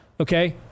Okay